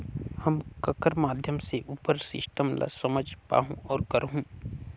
हम ककर माध्यम से उपर सिस्टम ला समझ पाहुं और करहूं?